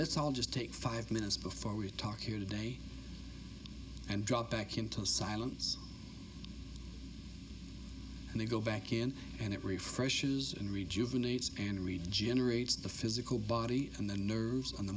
let's all just take five minutes before we talk here today and drop back into silence and they go back in and it refreshes and rejuvenating and regenerates the physical body and the nerves on the